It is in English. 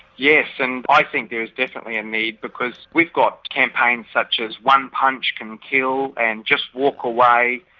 yes, and i think there's definitely a need, because we've got campaigns such as one punch can kill, and just walk away,